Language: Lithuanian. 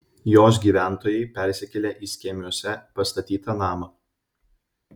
jos gyventojai persikėlė į skėmiuose pastatytą namą